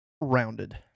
rounded